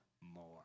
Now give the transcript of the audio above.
more